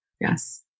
Yes